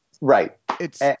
Right